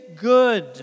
good